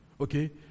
Okay